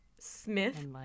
Smith